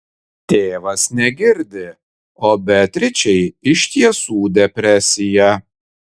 tėvas negirdi o beatričei iš tiesų depresija